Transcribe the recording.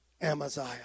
Amaziah